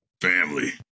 Family